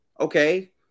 okay